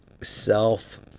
Self